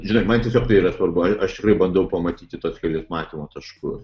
žinok man tiesiog tai yra svarbu aš tiesiog bandau pamatyti tuos kelis matymo taškus